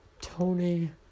Tony